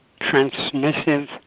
transmissive